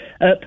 Up